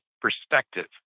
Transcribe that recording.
perspective